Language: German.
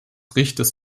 richters